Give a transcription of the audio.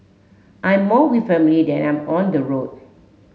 I am more with family than I am on the road